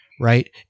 right